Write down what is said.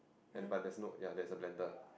ya but there's no ya there's a blender